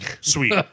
Sweet